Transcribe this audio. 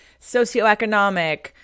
socioeconomic